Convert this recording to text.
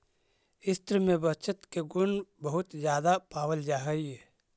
स्त्रि में बचत के गुण बहुत ज्यादा पावल जा हई